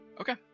Okay